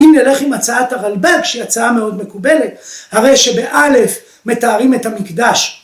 אם נלך עם הצעת הרלב"ג שהיא הצעה מאוד מקובלת, הרי שב-א' מתארים את המקדש